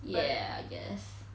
ya I guess